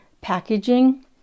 packaging